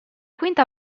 quinta